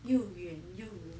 又远又